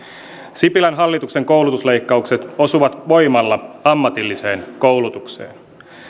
sipilän hallituksen koulutusleikkaukset osuvat voimalla ammatilliseen koulutukseen